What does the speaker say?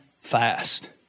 fast